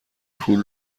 پول